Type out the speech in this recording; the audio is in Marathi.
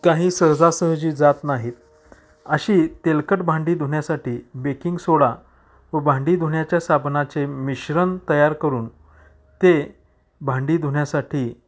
काही सहजासहजी जात नाहीत अशी तेलकट भांडी धुण्यासाठी बेकिंग सोडा व भांडी धुण्याच्या साबणाचे मिश्रण तयार करून ते भांडी धुण्यासाठी